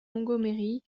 montgomery